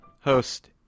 host